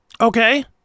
Okay